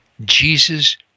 Jesus